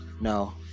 no